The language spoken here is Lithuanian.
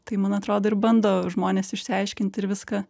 tai man atrodo ir bando žmonės išsiaiškint ir viską